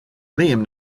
liam